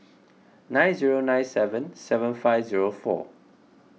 nine zero nine seven seven five zero four